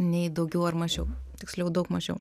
nei daugiau ar mažiau tiksliau daug mažiau